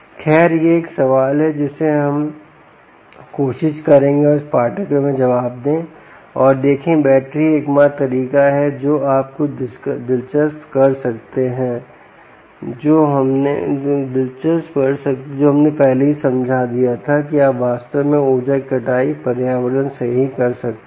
खैर यह एक सवाल है सही जिसे हम कोशिश करेंगे और इस पाठ्यक्रम में जवाब दें और देखें कि बैटरी ही एकमात्र तरीका है जो आप कुछ दिलचस्प कर सकते हैं जो हमने पहले ही समझा दिया था कि आप वास्तव में ऊर्जा की कटाई पर्यावरण से ही कर सकते हैं